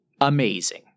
amazing